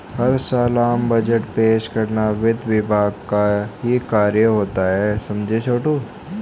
हर साल आम बजट पेश करना वित्त विभाग का ही कार्य होता है समझे छोटू